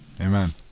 Amen